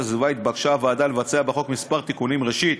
הסביבה התבקשה הוועדה לבצע בחוק כמה תיקונים: ראשית,